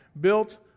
built